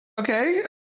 Okay